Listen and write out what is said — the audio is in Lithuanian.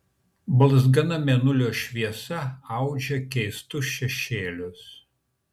balzgana mėnulio šviesa audžia keistus šešėlius